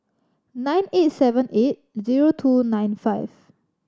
nine eight seven eight zero two nine five